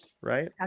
right